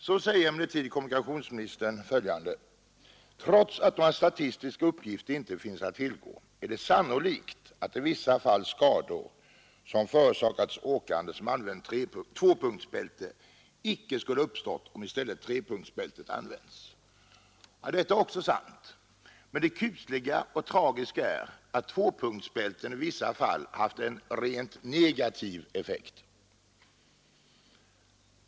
Så säger emellertid kommunikationsministern följande: ”Trots att några statistiska uppgifter inte finns att tillgå är det sannolikt att i vissa fall skador, som förorsakats åkande som använt tvåpunktsbälte, inte skulle ha uppstått om i stället trepunktsbältet använts.” Det är också sant. Men det kusliga och tragiska är att tvåpunktsbälten i vissa fall har en rent negativ effekt.